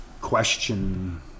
question